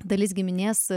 dalis giminės